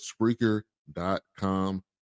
Spreaker.com